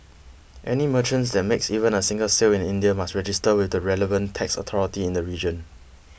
any merchant that makes even a single sale in India must register with the relevant tax authority in the region